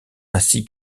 ainsi